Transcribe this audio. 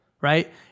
right